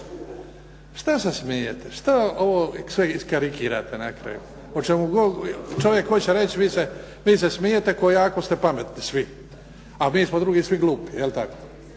Šta se smijete? Što ovo sve iskarikirate na kraju? O čemu god čovjek hoće vi se smijete, ko jako ste pametni svi, a mi smo drugi svi glupi. Jeli tako?